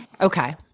Okay